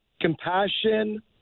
compassion